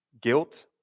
guilt